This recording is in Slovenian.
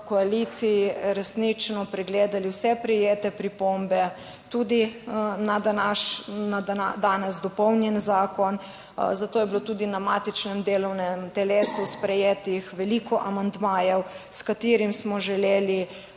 koaliciji resnično pregledali vse prejete pripombe, tudi na današn..., na danes dopolnjen zakon, zato je bilo tudi na matičnem delovnem telesu sprejetih veliko amandmajev, s katerimi smo želeli